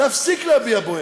להפסיק להביע בו אמון.